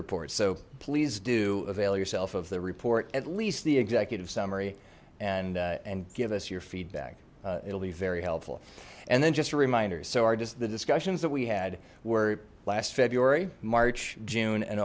report so please do avail yourself of the report at least the executive summary and and give us your feedback it'll be very helpful and then just a reminder so are just the discussions that we had were last february march june